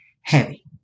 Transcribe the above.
heavy